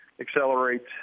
accelerate